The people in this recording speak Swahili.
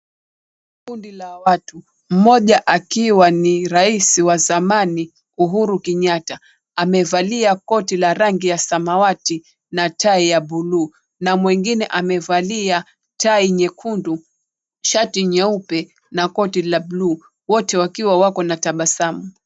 Kundi la watu mmoja akiwa ni rais wa zamani Uhuru Kenyatta , amevalia koti la rangi ya samawati na tai ya bluu na mwengine amevalia tai nyekundu, shati nyeupe na koti la bluu wote wakiwa wako na tabasamu.